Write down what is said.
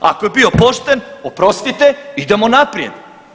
Ako je bio pošten oprostite idemo naprijed.